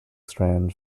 strand